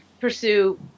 pursue